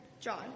John